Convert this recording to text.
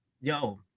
Yo